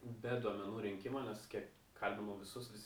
be duomenų rinkimo nes kiek kalbinau visus visi